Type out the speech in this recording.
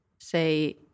say